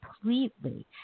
completely